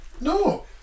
No